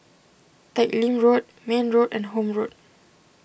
Teck Lim Road Mayne Road and Horne Road